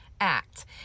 act